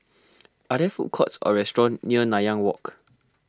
are there food courts or restaurants near Nanyang Walk